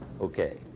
Okay